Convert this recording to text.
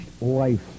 life